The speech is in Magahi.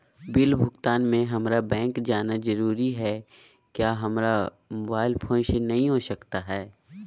बिल भुगतान में हम्मारा बैंक जाना जरूर है क्या हमारा मोबाइल फोन से नहीं हो सकता है?